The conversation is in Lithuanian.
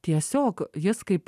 tiesiog jis kaip